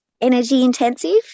energy-intensive